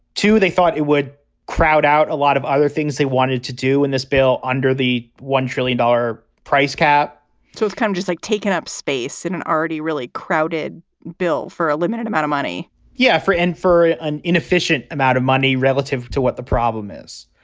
two, they thought it would crowd out a lot of other things they wanted to do in this bill under the one trillion dollar price cap so it's kind of just like taking up space in an already really crowded bill for a limited amount of money yeah. for and for an inefficient amount of money relative to what the problem is.